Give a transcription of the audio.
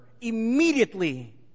immediately